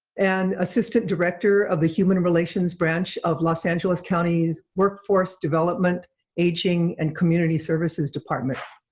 and assistant director of the human relations branch of los angeles county's workforce development aging and community services department.